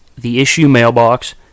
theissuemailbox